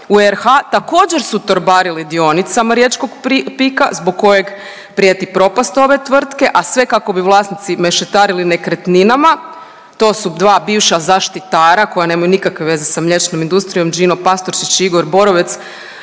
u RH također su torbarili dionicama riječkog PIK-a zbog kojeg prijeti propast ove tvrtke, a sve kako bi vlasnici mešetarili nekretninama, to su dva bivša zaštitara koja nemaju nikakve veze s mliječnom industrijom Đino Pastorčić i Igor Borovec